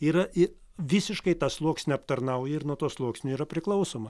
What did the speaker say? yra į visiškai tą sluoksnį aptarnauja ir nuo to sluoksnio yra priklausoma